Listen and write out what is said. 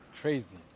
Crazy